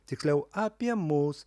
tiksliau apie mus